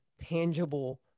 tangible